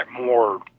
more